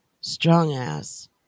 strong-ass